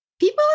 people